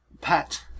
Pat